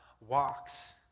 walks